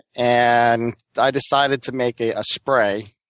and i decided to make a ah spray